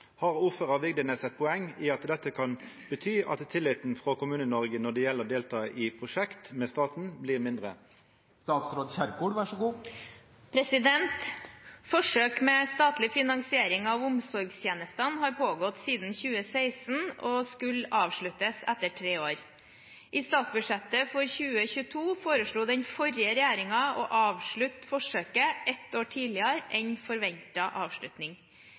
Vigdenes eit poeng at dette kan bety at tilliten frå Kommune-Noreg når det gjeld å delta i prosjekt blir mindre?» Forsøk med statlig finansiering av omsorgstjenestene har pågått siden 2016 og skulle avsluttes etter tre år. I statsbudsjettet for 2022 foreslo den forrige regjeringen å avslutte forsøket ett år tidligere enn forventet avslutning.